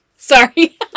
Sorry